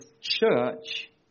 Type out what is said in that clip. church